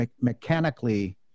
mechanically